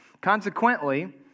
Consequently